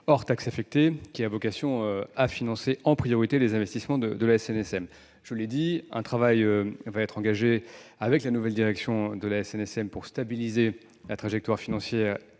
hors taxes affectées, qui a vocation à financer en priorité les investissements de la SNSM. Je l'ai dit, un travail va être engagé avec la nouvelle direction de la SNSM pour stabiliser la trajectoire financière